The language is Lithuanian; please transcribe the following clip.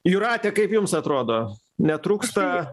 jūrate kaip jums atrodo netrūksta